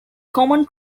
common